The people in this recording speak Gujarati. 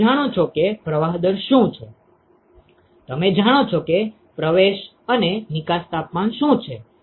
તમે જાણો છો કે પ્રવાહ દર શું છે તમે જાણો છો કે પ્રવેશ પ્રારંભિક અને નિકાસતાપમાન શું છે